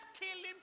killing